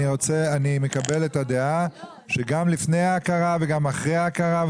אני מקבל את הדעה שגם לפני ההכרה וגם אחרי ההכרה,